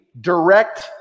Direct